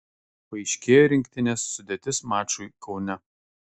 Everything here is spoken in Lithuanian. paaiškėjo rinktinės sudėtis mačui kaune